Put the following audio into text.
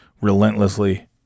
relentlessly